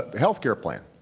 health care plan.